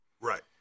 Right